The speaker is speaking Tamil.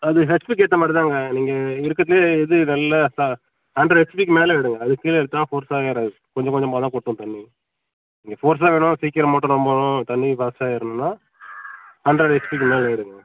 அது ஹெச்பிக்கு ஏற்ற மாதிரி தாங்க நீங்கள் இருக்கறதுலே எது நல்ல ச ஹண்ட்ரட் ஹெச்பிக்கு மேலே எடுங்கள் அதுக்கு கீழே எடுத்தால் ஃபோர்ஸாக ஏறாது கொஞ்சம் கொஞ்சமாக தான் கொட்டும் தண்ணி நீங்கள் ஃபோர்ஸாக வேணும் சீக்கரம் மோட்டர் நிறம்பணும் தண்ணி ஃபாஸ்ட்டாக ஏறணும்னா ஹண்ட்ரட் ஹெச்பிக்கு மேலே எடுங்கள்